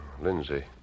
Lindsay